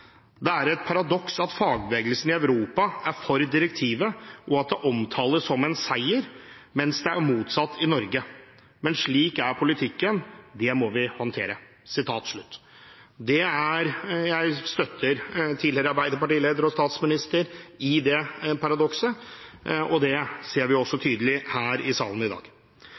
er et paradoks at fagbevegelsen i Europa er for direktivet og at det omtales som en seier, mens det er motsatt i Norge». Og videre: «Men slik er det i politikken. Det må vi håndtere.» Jeg støtter tidligere arbeiderpartileder og statsminister i det paradokset, og det ser vi også tydelig her i salen i dag.